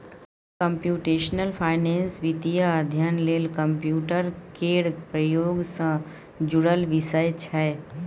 computational finance वित्तीय अध्ययन लेल कंप्यूटर केर प्रयोग सँ जुड़ल विषय छै